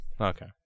Okay